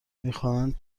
میخواهند